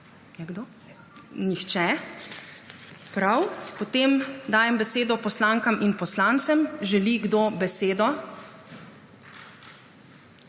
(Ne.) Nihče, prav. Potem dajem besedo poslankam in poslancem. Želi kdo besedo?